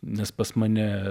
nes pas mane